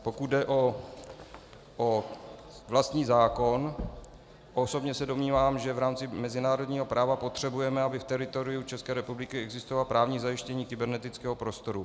Pokud jde o vlastní zákon, osobně se domnívám, že v rámci mezinárodního práva potřebujeme, aby v teritoriu České republiky existovalo právní zajištění kybernetického prostoru.